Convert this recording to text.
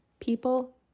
People